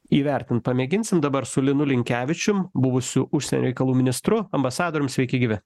įvertint pamėginsim dabar su linu linkevičium buvusiu užsienio reikalų ministru ambasadorium sveiki gyvi